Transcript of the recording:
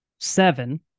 Seven